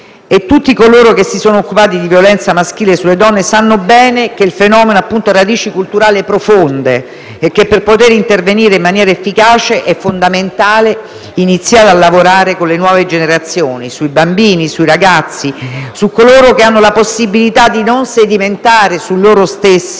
Tutti coloro che si sono occupati di violenza maschile sulle donne sanno bene che il fenomeno ha radici culturali profonde e che, per poter intervenire in maniera efficace, è fondamentale iniziare a lavorare con le nuove generazioni, sui bambini e sui ragazzi, su coloro che hanno la possibilità di non far sedimentare su loro stessi